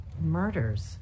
Murders